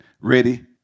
Ready